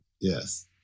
Yes